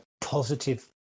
positive